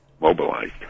mobilized